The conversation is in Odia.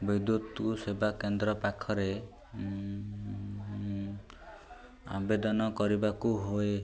ବିଦ୍ୟୁତ ସେବା କେନ୍ଦ୍ର ପାଖରେ ଆବେଦନ କରିବାକୁ ହୁଏ